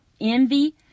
envy